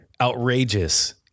outrageous